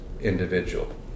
individual